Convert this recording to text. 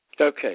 Okay